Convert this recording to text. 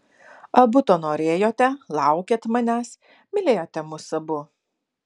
abu to norėjote laukėt manęs mylėjote mus abu